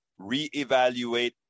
reevaluate